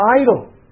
idol